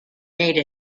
made